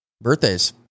birthdays